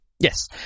Yes